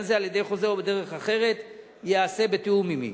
זה על-ידי חוזר או בדרך אחרת ייעשה בתיאום עמי.